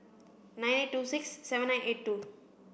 nine eight two six seven nine eight two